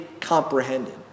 comprehended